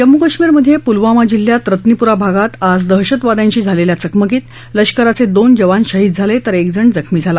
जम्मू कश्मीरमधे पुलवामा जिल्ह्यात रत्नीपुरा भागात आज दहशतवाद्यांशी झालेल्या चकमकीत लष्कराचे दोन जवान शहीद झाले तर एकजण जखमी झाला